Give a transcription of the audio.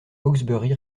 hawksbury